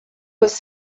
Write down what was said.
was